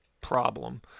problem